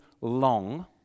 long